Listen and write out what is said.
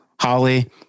Holly